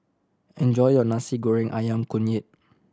enjoy your Nasi Goreng Ayam Kunyit